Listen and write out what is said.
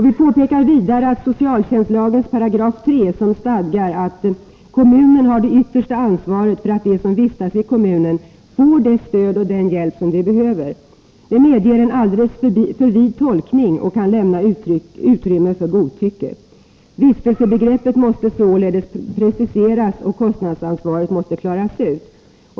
Vi har vidare påpekat att socialtjänstlagens 3 §, som stadgar att ”kommunen har det yttersta ansvaret för att de som vistas i kommunen får det stöd och den hjälp som de behöver”, medger en alldeles för vid tolkning och kan lämna utrymme för godtycke. Vistelsebegreppet måste således preciseras och kostnadsansvaret klaras ut.